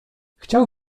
chciał